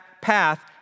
path